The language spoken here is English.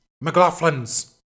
McLaughlin's